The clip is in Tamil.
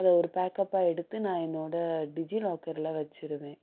அதை ஒரு பேக்கப்பாக எடுத்து நான் என்னோட டிஜிலாக்கரில் வைச்சிருவேன்